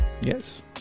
Yes